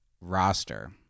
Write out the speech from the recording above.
roster